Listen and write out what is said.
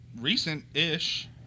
Recent-ish